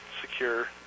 secure